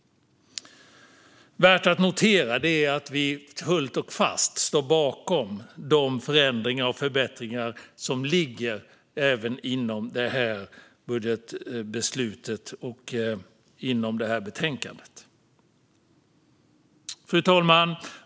Värt att notera är att vi fullt och fast står bakom de förslag till förändringar och förbättringar som ligger även inom detta budgetbeslut och betänkande. Fru talman!